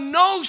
no